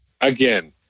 Again